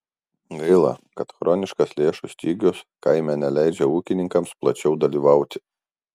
gaila kad chroniškas lėšų stygius kaime neleidžia ūkininkams plačiau dalyvauti